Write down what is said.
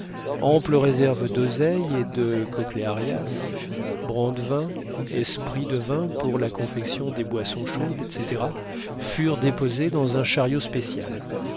ample réserve d'oseille et de chochléarias brandevin esprit devin pour la confection des boissons chaudes etc furent déposés dans un chariot spécial